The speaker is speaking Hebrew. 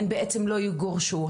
הן בעצם לא יגורשו.